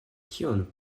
kion